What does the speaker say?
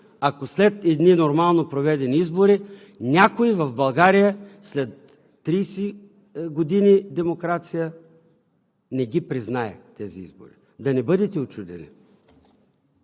ако след едни нормално проведени избори някой в България, след 30 години демокрация не ги признае тези избори. Да не бъдете учудени.